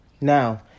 Now